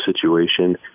situation